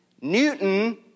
Newton